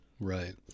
right